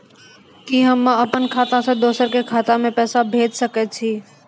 कि होम अपन खाता सं दूसर के खाता मे पैसा भेज सकै छी?